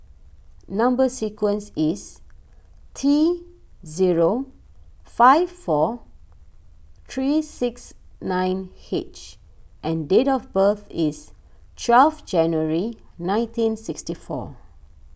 Number Sequence is T zero five four three six nine H and date of birth is twelve January nineteen sixty four